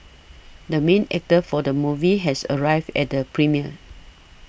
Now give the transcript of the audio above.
the main actor for the movie has arrived at the premiere